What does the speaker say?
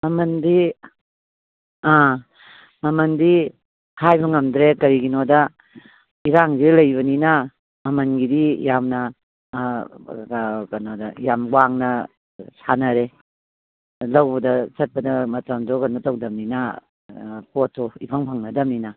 ꯃꯃꯟꯗꯤ ꯑꯥ ꯃꯃꯟꯗꯤ ꯍꯥꯏꯕ ꯉꯝꯗ꯭ꯔꯦ ꯀꯔꯤꯒꯤꯅꯣꯗ ꯏꯔꯥꯡꯖꯦ ꯂꯩꯕꯅꯤꯅ ꯃꯃꯟꯒꯤꯗꯤ ꯌꯥꯝꯅ ꯀꯩꯅꯣꯗ ꯌꯥꯝ ꯋꯥꯡꯅ ꯁꯥꯅꯔꯦ ꯂꯧꯕꯗ ꯆꯠꯄꯗ ꯃꯇꯝꯗꯣ ꯀꯩꯅꯣ ꯇꯧꯗꯃꯤꯅ ꯄꯣꯠꯇꯣ ꯏꯐꯪ ꯐꯪꯅꯗꯃꯤꯅ